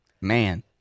Man